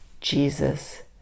Jesus